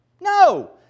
No